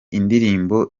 indirimbo